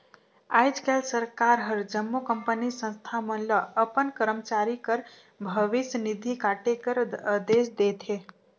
आएज काएल सरकार हर जम्मो कंपनी, संस्था मन ल अपन करमचारी कर भविस निधि काटे कर अदेस देथे